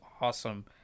awesome